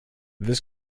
this